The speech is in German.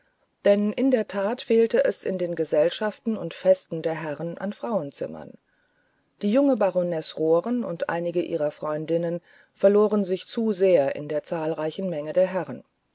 denn in der tat fehlte es in den gesellschaften und festen der herren an frauenzimmern die junge baronesse roren und einige ihrer freundinnen verloren sich zu sehr in der zahlreichen menge der herren